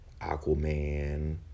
Aquaman